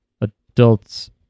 adults